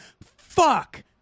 Fuck